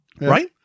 Right